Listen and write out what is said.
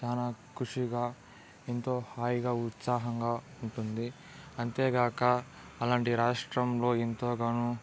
చాలా ఖుషిగా ఎంతో హాయిగా ఉత్సాహంగా ఉంటుంది అంతేకాక అలాంటి రాష్ట్రంలో ఎంతో గాను